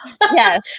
Yes